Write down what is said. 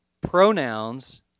pronouns